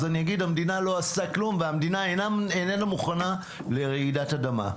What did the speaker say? אז אני אגיד שהמדינה לא עשתה כלום והמדינה איננה מוכנה לרעידת אדמה.